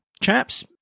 Chaps